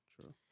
True